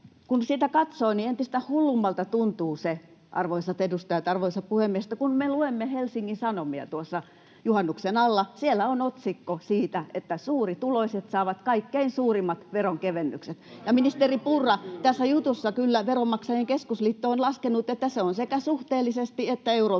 Kun sitä katsoo, niin entistä hullummalta tuntuu se, arvoisat edustajat, arvoisa puhemies, että kun me luimme Helsingin Sanomia tuossa juhannuksen alla, siellä oli otsikko siitä, että suurituloiset saavat kaikkein suurimmat veronkevennykset. Ministeri Purra, tässä jutussa kyllä Veronmaksajain Keskusliitto on laskenut, että se on sekä suhteellisesti että euromääräisesti.